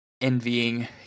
envying